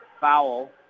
foul